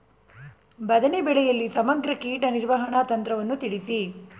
ಬದನೆ ಬೆಳೆಯಲ್ಲಿ ಸಮಗ್ರ ಕೀಟ ನಿರ್ವಹಣಾ ತಂತ್ರವನ್ನು ತಿಳಿಸಿ?